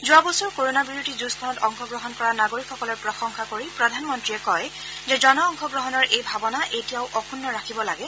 যোৱা বছৰ কোৰোণা বিৰোধী যুঁজখনত অংশগ্ৰহণ কৰা নাগৰিকসকলৰ প্ৰশংসা কৰি প্ৰধানমন্ত্ৰীয়ে কয় যে জন অংশগ্ৰহণৰ এই ভাৱনা এতিয়াও অক্ষুগ্ণ ৰাখিব লাগে